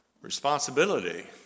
responsibility